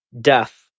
death